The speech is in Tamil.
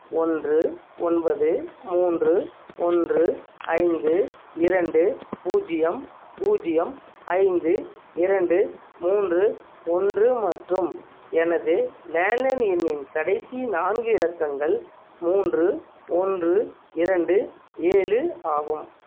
ஒன்று ஒன்பது மூன்று ஒன்று ஐந்து இரண்டு பூஜ்ஜியம் பூஜ்ஜியம் ஐந்து இரண்டு மூன்று ஒன்று மற்றும் எனது லேண்ட் லைன் எண்ணின் கடைசி நான்கு இலக்கங்கள் மூன்று ஒன்று இரண்டு ஏழு ஆகும்